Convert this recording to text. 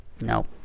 no